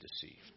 deceived